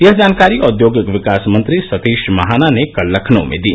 यह जानकारी औद्योगिक विकास मंत्री सतीश महाना ने कल लखनऊ में दी